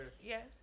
Yes